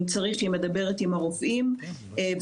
אם צריך היא מדברת עם הרופאים וכו'.